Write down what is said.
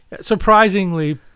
surprisingly